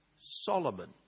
Solomon